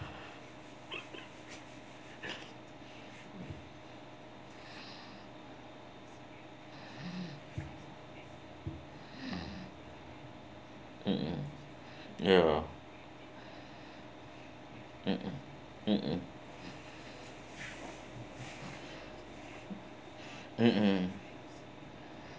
mmhmm ya mmhmm mmhmm mmhmm